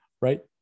right